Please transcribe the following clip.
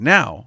Now